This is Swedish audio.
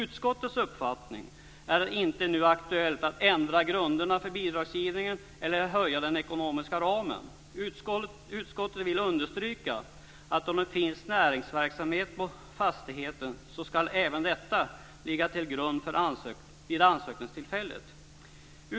Utskottets uppfattning är att det inte nu är aktuellt att ändra grunderna för bidragsgivningen eller att utvidga den ekonomiska ramen. Utskottet vill understryka att om det finns näringsverksamhet på fastigheten så ska även detta ligga till grund vid ansökningstillfället.